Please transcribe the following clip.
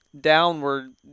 downward